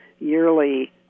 yearly